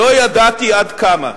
לא ידעתי עד כמה.